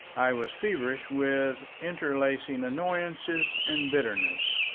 i was feverish with interlacing annoyances and bitterness,